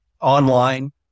online